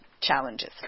challenges